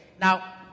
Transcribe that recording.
Now